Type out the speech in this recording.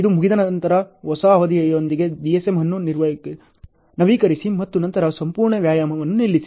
ಇದು ಮುಗಿದ ನಂತರ ಹೊಸ ಅವಧಿಯೊಂದಿಗೆ DSM ಅನ್ನು ನವೀಕರಿಸಿ ಮತ್ತು ನಂತರ ಸಂಪೂರ್ಣ ವ್ಯಾಯಾಮವನ್ನು ನಿಲ್ಲಿಸಿ